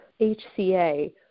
HCA